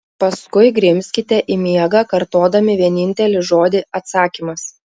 paskui grimzkite į miegą kartodami vienintelį žodį atsakymas